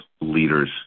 leaders